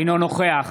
אינו נוכח